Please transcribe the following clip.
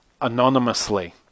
Anonymously